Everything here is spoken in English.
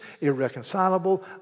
irreconcilable